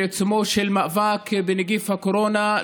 בעיצומו של מאבק בנגיף הקורונה,